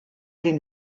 den